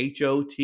HOT